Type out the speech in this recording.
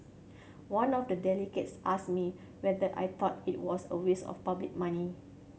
one of the delegates asked me whether I thought it was a waste of public money